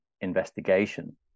investigation